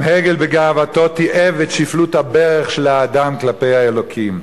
גם הגל בגאוותו תיעב את שפלות הברך של האדם כלפי האלוקים.